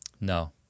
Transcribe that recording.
No